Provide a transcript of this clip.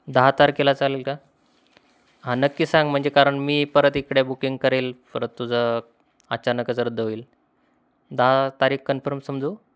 दहा तारखेला चालेल का हां नक्की सांग म्हणजे कारण मी परत इकडे बुकिंग करेल परत तुझा अचानकच रद्द होईल दहा तारीख कन्फर्म समजू